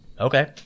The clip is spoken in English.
Okay